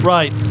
Right